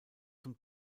zum